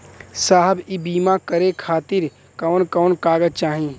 साहब इ बीमा करें खातिर कवन कवन कागज चाही?